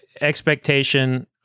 expectation